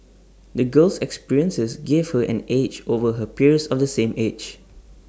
the girl's experiences gave her an edge over her peers of the same age